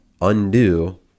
undo